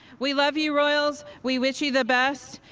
we love you, royals, we wish you the best,